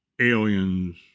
aliens